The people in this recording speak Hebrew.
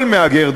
כל מהגר,